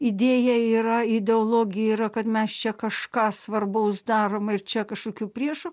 idėja yra ideologija yra kad mes čia kažką svarbaus darome ir čia kažkokių priešų